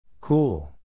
Cool